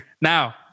Now